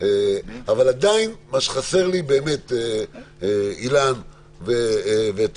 אבל עדיין מה שחסר לי באמת, אילן ותמר,